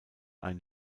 ein